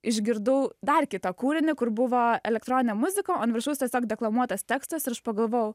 išgirdau dar kitą kūrinį kur buvo elektroninė muzika o an viršaus tiesiog deklamuotas tekstas ir aš pagalvojau